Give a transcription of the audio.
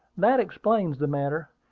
that explains the matter.